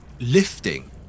lifting